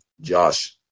Josh